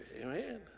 amen